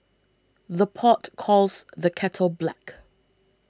the pot calls the kettle black